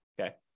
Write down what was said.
Okay